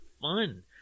fun